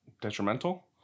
detrimental